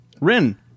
Rin